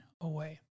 away